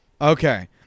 Okay